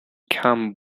camp